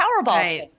Powerball